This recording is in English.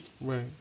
Right